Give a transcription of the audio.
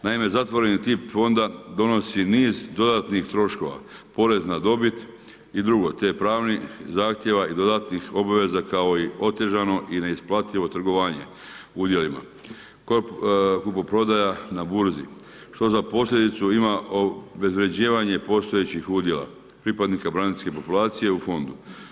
Naime, zatvoreni tip Fonda donosi niz dodatnih troškova, porez na dobit i dr. te pravnih zahtjeva i dodatnih obveza kao i otežano i neisplativo trgovanje udjelima … na burzi što za posljedicu ima obezvrjeđivanje postojećih udjela, pripadnika braniteljske populacije u fondu.